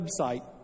website